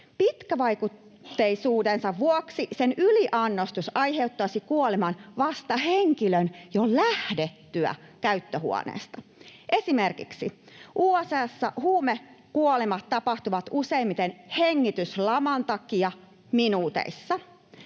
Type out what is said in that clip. Pitkävaikutteisuutensa vuoksi sen yliannostus aiheuttaisi kuoleman vasta henkilön jo lähdettyä käyttöhuoneesta. Esimerkiksi USA:ssa huumekuolemat tapahtuvat useimmiten hengityslaman takia minuuteissa,